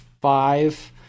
five